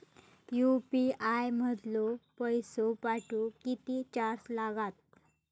UPI मधलो पैसो पाठवुक किती चार्ज लागात?